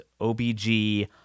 OBG